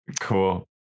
Cool